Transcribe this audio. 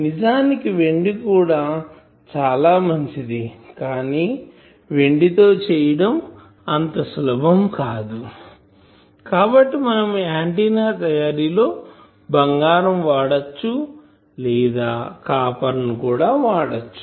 నిజానికి వెండి కూడా చాలా మంచిది కాని వెండి తో చేయడం అంతా సులభం కాదు కాబట్టి మనం ఆంటిన్నా తయారీ లో బంగారం వాడచ్చు లేదా కాపర్ ని కూడా వాడచ్చు